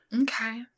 Okay